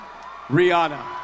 rihanna